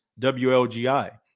wlgi